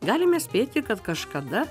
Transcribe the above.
galime spėti kad kažkada